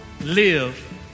Live